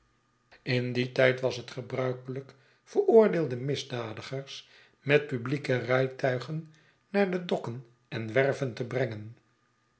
in dien tijd was het gebruikelijk veroordeelde misdadigers met publieke rijtuigen naar de dokken en werven te brengen